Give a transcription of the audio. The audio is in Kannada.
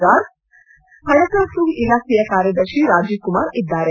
ಗಾರ್ಗ್ ಹಣಕಾಸು ಇಲಾಖೆಯ ಕಾರ್ಯದರ್ಶಿ ರಾಜೀವ್ ಕುಮಾರ್ ಇದ್ದಾರೆ